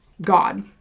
God